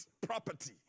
property